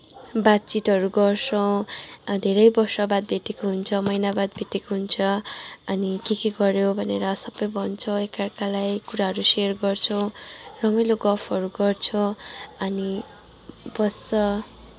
बातचितहरू गर्छौँ धेरै बर्ष बाद भेटेको हुन्छ महिना बाद भेटेको हुन्छ अनि के के गर्यो भनेर सबै भन्छौँ एक अर्कालाई कुराहरू सेयर गर्छौँ रमाइलो गफहरू गर्छ अनि बस्छ